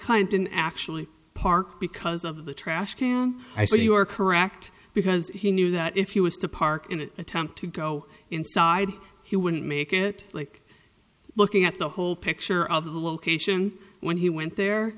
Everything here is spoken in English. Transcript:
he didn't actually park because of the trash i said you are correct because he knew that if you was to park in an attempt to go inside he wouldn't make it like looking at the whole picture of the location when he went there